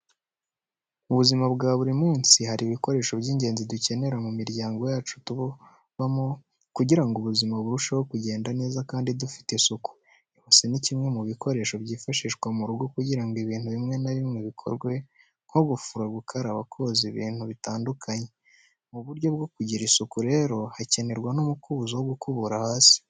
Mu buzima bwa buri munsi hari ibikoresho by'ingenzi dukenera mu miryango yacu tubamo kugira ngo ubuzima burusheho kugenda neza kandi dufite isuku. Ibase ni kimwe mu bikoresho byifashashwa mu rugo kugira ngo ibintu bimwe na bimwe bikorwe, nko gufura, gukara, koza ibintu bitandukanye. Mu buryo bwo kugira isuku rero hakenerwa n'umukubuzo wo gukubura hasi.